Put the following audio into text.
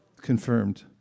confirmed